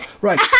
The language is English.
Right